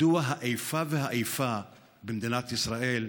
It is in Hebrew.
מדוע האיפה והאיפה במדינת ישראל,